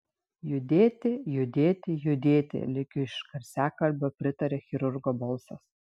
judėti judėti judėti lyg iš garsiakalbio pritaria chirurgo balsas